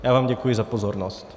Já vám děkuji za pozornost.